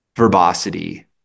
verbosity